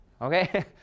okay